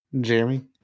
Jeremy